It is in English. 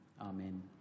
Amen